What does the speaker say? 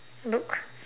look